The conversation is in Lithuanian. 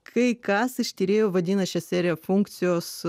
kai kas iš tyrėjų vadina šią seriją funkcijos